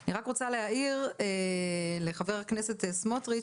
אני רק רוצה להעיר לחבר הכנסת סמוטריץ,